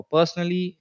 Personally